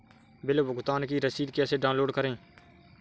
Bill भुगतान की रसीद कैसे डाउनलोड करें?